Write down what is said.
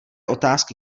otázky